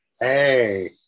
Hey